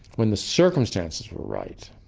when the circumstances were right,